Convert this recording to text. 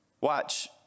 Watch